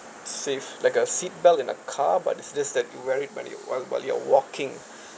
safe like a seat belt in a car but it's just that you wear it when you what about you are walking